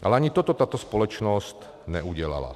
Ale ani toto tato společnost neudělala.